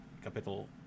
Capital